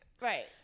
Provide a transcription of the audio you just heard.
right